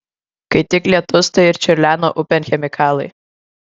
kai tik lietus tai ir čiurlena upėn chemikalai